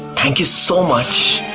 thank you so much.